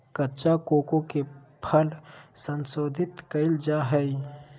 कच्चा कोको के फल के संशोधित कइल जा हइ